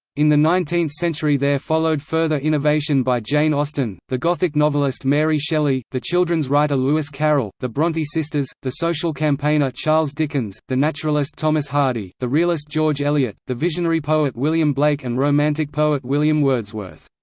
in the nineteenth century there followed further innovation by jane austen, the gothic novelist mary shelley, the children's writer lewis carroll, the bronte sisters, the social campaigner charles dickens, the naturalist thomas hardy, the realist george eliot, the visionary poet william blake and romantic poet william wordsworth.